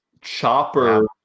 Chopper